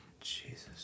Jesus